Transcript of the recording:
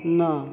नओ